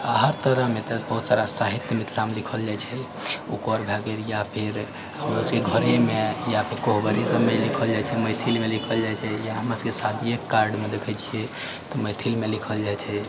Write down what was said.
आ हर तरहमे एतऽ बहुत सारा साहित्य मिथिलामे लिखल जाइत छै ओकर भए गेल या फेर ओकरा सबके घरेमे या फेर कोहबरे सबमे लिखल जाय छै मैथिलमे लिखल जाय छै या हमरा सबके शादीएके कार्डमे देखै छियै तऽ मैथिलमे लिखल जाइत छै